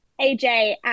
AJ